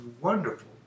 wonderful